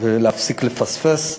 ולהפסיק לפספס.